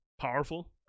Powerful